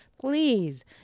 please